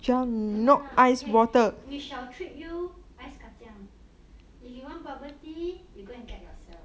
never mind lah okay we shall treat you ice kachang if you want bubble tea go and get yourself